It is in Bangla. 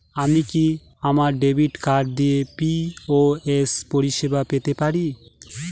আমি কি আমার ডেবিট কার্ড দিয়ে পি.ও.এস পরিষেবা পেতে পারি?